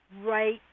right